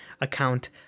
account